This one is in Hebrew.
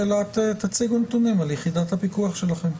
תציגו נתונים על יחידת הפיקוח שלכם.